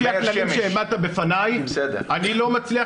לפי הכללים שהעמדת בפניי אני לא מצליח